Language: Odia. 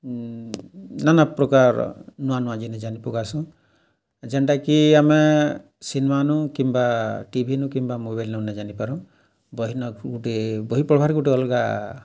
ନାନା ପ୍ରକାର ନୂଆ ନୂଆ ଜିନିଷ୍ ଜାନି ପକାସୁଁ ଯେନ୍ଟାକି ଆମେ ସିନେମାନୁ କିମ୍ବା ଟିଭିନୁ କିମ୍ବା ମୋବାଇଲନୁ ନେ ଜାନିପାରୁଁ ବହିନ ଗୁଟେ ବହି ପଢ଼୍ବାର୍ ଗୁଟେ ଅଲ୍ଗା